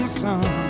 sun